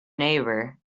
neighbour